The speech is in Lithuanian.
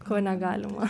ko negalima